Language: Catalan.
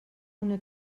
una